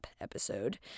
episode